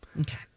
Okay